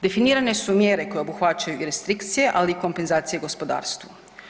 Definirane su mjere koje obuhvaćaju i restrikcije, ali i kompenzacije gospodarstvu.